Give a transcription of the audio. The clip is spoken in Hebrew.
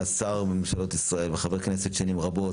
היה שר בממשלות ישראל וחבר כנסת שנים רבות.